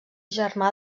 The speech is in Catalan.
germà